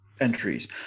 entries